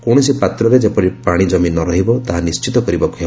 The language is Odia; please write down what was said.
କୌଣସି ପାତ୍ରରେ ଯେପରି ପାଣି ଜମି ନରହିବ ତାହା ନିଶ୍ଚିତ କରିବାକୁ ହେବ